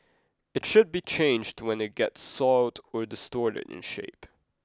it should be changed when it gets soiled or distorted in shape